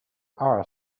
are